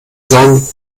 sagen